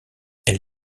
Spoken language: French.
elle